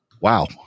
wow